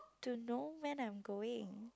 to know when I'm going